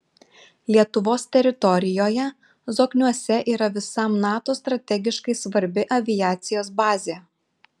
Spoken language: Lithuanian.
lietuvos teritorijoje zokniuose yra visam nato strategiškai svarbi aviacijos bazė